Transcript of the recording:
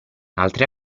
altri